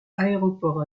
aéroport